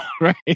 right